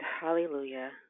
hallelujah